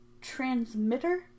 Transmitter